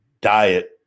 diet